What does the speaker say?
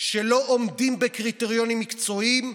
שאינם עומדים בקריטריונים המקצועיים,